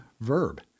verb